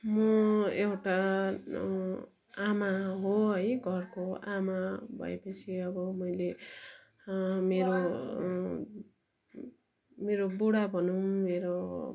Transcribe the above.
म एउटा आमा हो है घरको आमा भएपछि अब मैले मेरो मेरो बुढा भनौँ मेरो